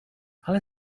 ale